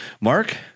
Mark